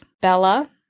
Bella